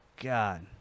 God